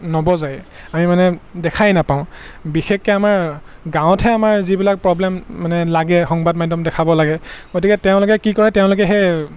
নবজাই আমি মানে দেখাই নাপাওঁ বিশেষকৈ আমাৰ গাঁৱতহে আমাৰ যিবিলাক প্ৰব্লেম মানে লাগে সংবাদ মাধ্যম দেখাব লাগে গতিকে তেওঁলোকে কি কৰে তেওঁলোকে সেই